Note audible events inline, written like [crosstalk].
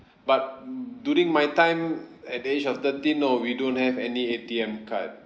[breath] but d~ during my time at the age of thirteen no we don't have any A_T_M card